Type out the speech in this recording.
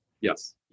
Yes